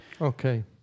Okay